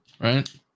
Right